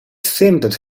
seemed